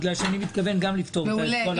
בגלל שאני מתכוון גם לפתור את כל הבעיות.